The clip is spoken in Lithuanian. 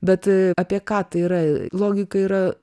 bet apie ką tai yra logika yra